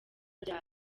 rya